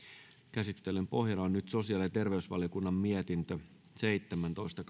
käsittelyn pohjana on sosiaali ja terveysvaliokunnan mietintö seitsemäntoista